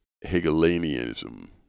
Hegelianism